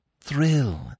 thrill